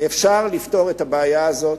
אפשר לפתור את הבעיה הזאת.